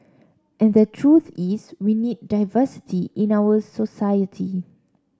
and the truth is we need diversity in our society